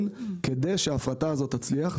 כדי שההפרטה הזאת תצליח,